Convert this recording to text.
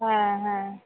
হ্যাঁ হ্যাঁ